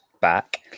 back